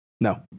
No